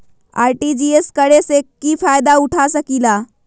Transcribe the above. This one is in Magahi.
आर.टी.जी.एस करे से की फायदा उठा सकीला?